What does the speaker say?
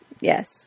Yes